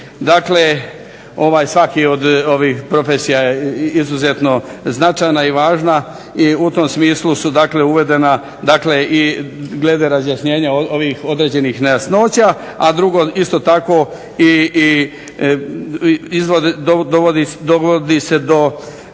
dakle, ovaj svaki od ovih profesija je izuzetno značajna i važna i u tom smislu su dakle uvedena dakle i glede razjašnjenja ovih određenih nejasnoća. A drugo, isto tako i dovodi se do